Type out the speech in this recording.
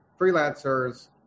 freelancers